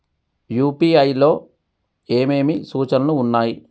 UPI లో ఏమేమి సూచనలు ఉన్నాయి?